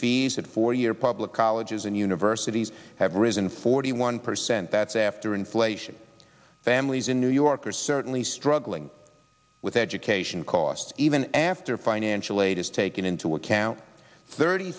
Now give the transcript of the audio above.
fees at four year public colleges and universities have risen forty one percent that's after inflation families in new york are certainly struggling with education costs even after financial aid is taken into account thirty